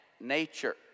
nature